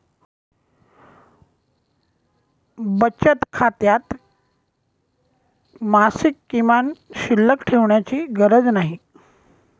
बचत खात्यात मासिक किमान शिल्लक ठेवण्याची गरज नाही